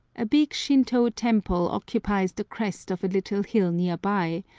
a big shinto temple occupies the crest of a little hill near by,